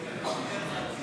נתקבלה.